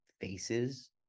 faces